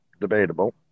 debatable